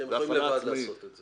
שהן יכולות לעשות את זה לבד.